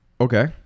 Okay